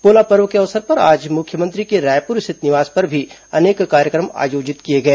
पोला पर्व के अवसर पर आज मुख्यमंत्री के रायपुर स्थित निवास पर भी अनेक कार्यक्रम आयोजित किए गए